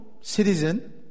citizen